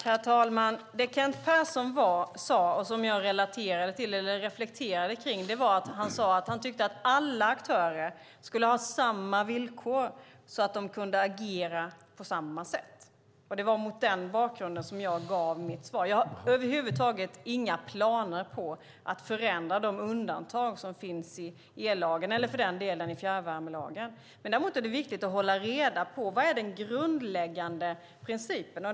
Herr talman! Det som Kent Persson sade och som jag relaterade till och reflekterade över var att han tyckte att alla aktörer skulle ha samma villkor så att de kunde agera på samma sätt. Det var mot den bakgrunden jag gav mitt svar. Jag har över huvud taget inga planer på att förändra de undantag som finns i ellagen eller för den delen i fjärrvärmelagen. Däremot är det viktigt att hålla reda på vad den grundläggande principen är.